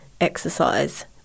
exercise